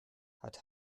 hat